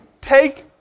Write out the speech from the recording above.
take